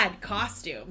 costume